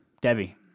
Debbie